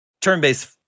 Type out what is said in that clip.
turn-based